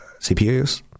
CPUs